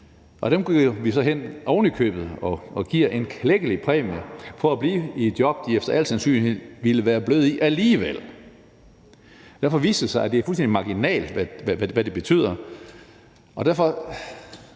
Dem går vi så hen og ovenikøbet giver en klækkelig præmie for at blive i et job, de efter al sandsynlighed ville være blevet i alligevel. Derfor viste det sig, at det er fuldstændig marginalt, hvad det betyder, og derfor